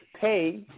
pay